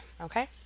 okay